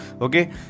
okay